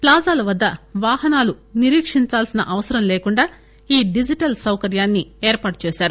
ప్లాజాల వద్ద వాహనాలు నిరీక్షించవలసిన అవసరం లేకుండా ఈ డిజిటల్ సౌకర్యాన్ని ఏర్పాటు చేశారు